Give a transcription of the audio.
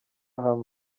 hamwe